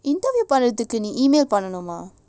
interview பண்ணிட்டுநீ:pannitu nee email பண்ணனுமா:pannanuma